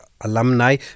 alumni